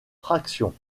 traction